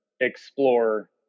explore